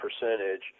percentage